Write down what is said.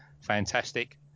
fantastic